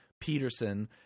Peterson –